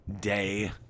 day